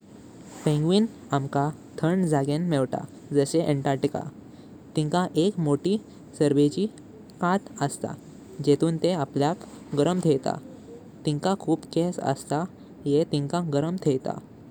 Penguin आमका थंड जगेन मेवता जाशे आंटार्टिका। तिंका एक मोटी चरबेंचे कात अस्तां जेतून तेह अपल्याक गरम थेंता। तिंका खूप केस अता ये तिंका गरम थेंता।